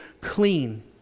clean